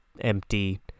empty